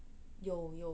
有有